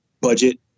budget